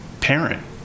Parent